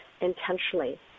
intentionally